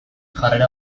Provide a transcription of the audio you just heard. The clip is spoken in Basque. jarrera